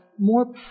More